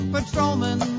Patrolman